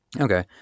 okay